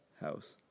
house